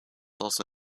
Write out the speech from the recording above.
also